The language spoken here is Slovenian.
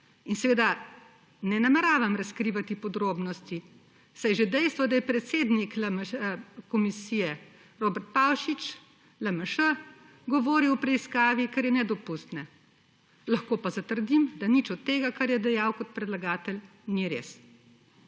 in seveda ne nameravam razkrivati podrobnosti, saj je že dejstvo, da je predsednik komisije Robert Pavšič, LMŠ, govoril o preiskavi, nedopustno. Lahko pa zatrdim, da nič od tega, kar je dejal kot predlagatelj, ni res.